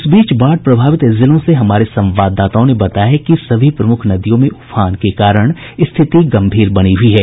इस बीच बाढ़ प्रभावित जिलों से हमारे संवाददाताओं ने बताया है कि सभी प्रमुख नदियों में उफान के कारण स्थिति गम्भीर बनी हुई है